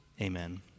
Amen